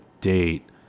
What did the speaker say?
date